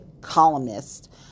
Columnist